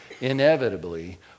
inevitably